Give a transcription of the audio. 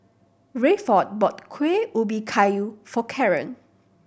Rayford bought Kuih Ubi Kayu for Caron